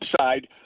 side